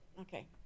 okay